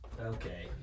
Okay